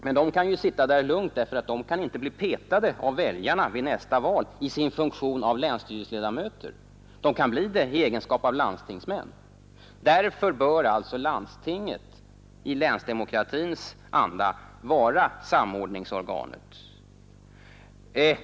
Dessa kan emellertid lugnt sitta där, eftersom de inte kan bli petade av väljarna vid nästa val i sin funktion av länsstyrelseledamöter, men de kan bli det i egenskap av landstingsmän. Därför bör alltså landstinget i länsdemokratins anda vara samordningsorgan.